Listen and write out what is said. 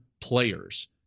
players